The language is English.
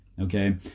okay